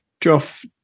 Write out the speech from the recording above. Joff